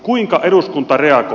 kuinka eduskunta reagoi